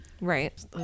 Right